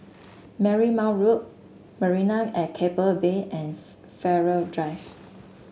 Marymount Road Marina at Keppel Bay and Farrer Drive